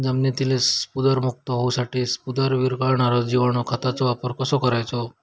जमिनीतील स्फुदरमुक्त होऊसाठीक स्फुदर वीरघळनारो जिवाणू खताचो वापर कसो करायचो?